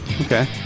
okay